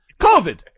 COVID